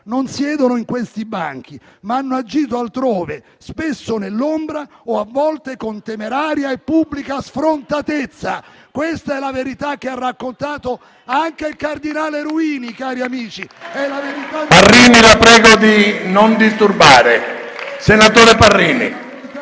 non siedono in questi banchi, ma hanno agito altrove, spesso nell'ombra o a volte con temeraria e pubblica sfrontatezza. Questa è la verità che ha raccontato anche il cardinale Ruini, cari amici.